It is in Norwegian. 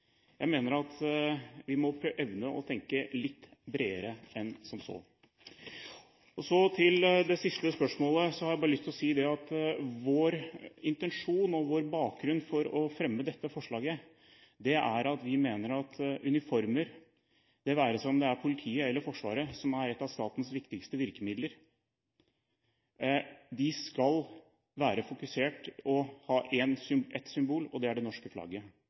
Jeg mener at vi må evne å tenke litt bredere enn som så. Til det siste spørsmålet har jeg bare lyst til å si at vår intensjon med og vår bakgrunn for å fremme dette forslaget er at vi mener at uniformer, det være seg om det er i Politiet eller Forsvaret, som er et av statens viktigste virkemidler, skal være fokusert og ha ett symbol, og det er det norske flagget.